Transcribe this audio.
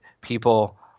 people